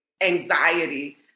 anxiety